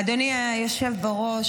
אדוני היושב בראש,